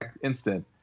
instant